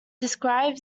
describe